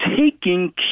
taking